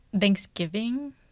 Thanksgiving